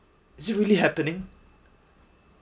is it really happening